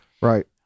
Right